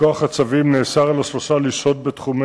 רצוני לשאול: